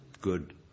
good